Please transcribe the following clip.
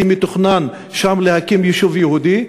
כי מתוכנן להקים שם יישוב יהודי,